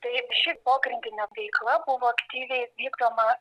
tai ši pogrindinė veikla buvo aktyviai vykdoma